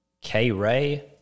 K-Ray